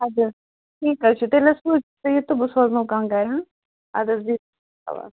اَدٕ حظ ٹھیٖک حظ چھُ تیٚلہِ حظ سوٗزِ یہِ تہٕ بہٕ سوزمو کانٛہہ گَرِ ہاں اَدٕ حظ بِہِو حوال